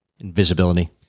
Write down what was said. Invisibility